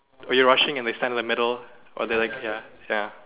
when you're rushing and they stand in the middle or they're like ya ya